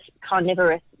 carnivorous